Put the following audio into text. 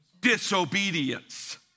disobedience